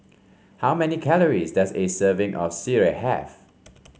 how many calories does a serving of Sireh have